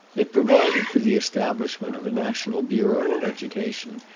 it provided for the establishment of a national bureau of education,